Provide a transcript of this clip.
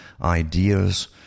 ideas